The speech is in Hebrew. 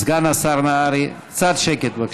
סגן השר נהרי, קצת שקט.